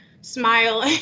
smile